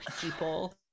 people